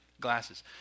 glasses